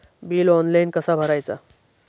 Bill online कसा भरायचा?